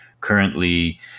currently